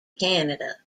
canada